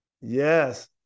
yes